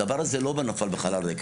הדבר הזה לא נפל בחלל ריק.